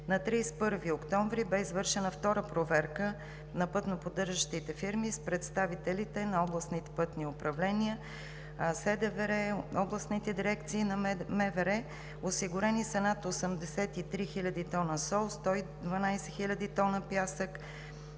На 31 октомври бе извършена втора проверка на пътноподдържащите фирми с представителите на областните пътни управления, Столична дирекция на вътрешните работи, областните дирекции на МВР. Осигурени са над 83 хил. тона сол, 112 хил. тона пясък,